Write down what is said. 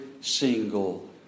single